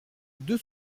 deux